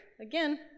again